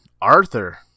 Arthur